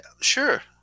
Sure